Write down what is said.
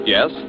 Yes